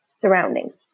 surroundings